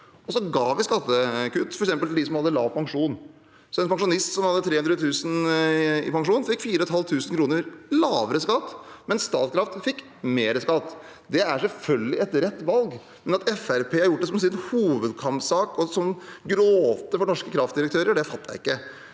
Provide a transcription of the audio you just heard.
Vi ga skattekutt, f.eks. til dem som hadde lav pensjon. En pensjonist som hadde 300 000 kr i pensjon, fikk 4 500 kr lavere skatt, mens Statkraft fikk mer skatt. Det er selvfølgelig et rett valg. At Fremskrittspartiet har gjort det til sin hovedkampsak å gråte for norske kraftdirektører, det fatter jeg ikke.